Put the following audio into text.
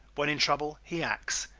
when in trouble he acts,